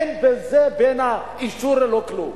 אין בזה ובין האישור ולא כלום.